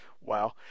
wow